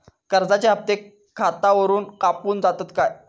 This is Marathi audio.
कर्जाचे हप्ते खातावरून कापून जातत काय?